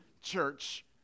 church